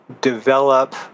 develop